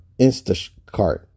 Instacart